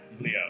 Leo